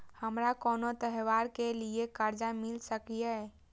हमारा कोनो त्योहार के लिए कर्जा मिल सकीये?